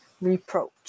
reproach